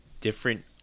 different